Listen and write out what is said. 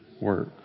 work